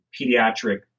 pediatric